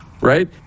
right